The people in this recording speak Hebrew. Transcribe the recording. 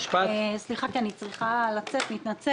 סליחה, אני צריכה לצאת, אני מתנצלת.